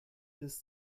des